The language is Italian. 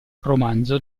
romanzo